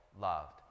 loved